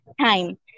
time